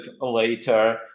later